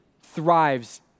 thrives